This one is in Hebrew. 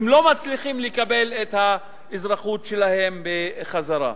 לא מצליחים לקבל את האזרחות שלהם בחזרה.